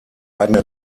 eigene